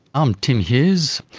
i'm tim hughes,